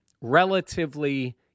relatively